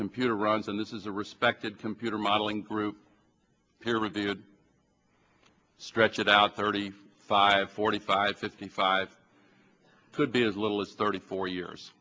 computer runs and this is a respected computer modeling group peer reviewed stretch it out thirty five forty five fifty five could be as little as thirty four years